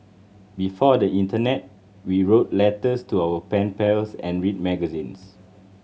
before the internet we wrote letters to our pen pals and read magazines